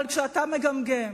אבל כשאתה מגמגם,